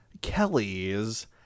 Kelly's